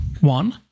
one